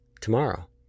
tomorrow